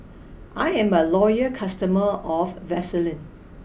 I am a loyal customer of Vaselin